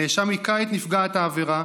הנאשם היכה את נפגעת העבירה",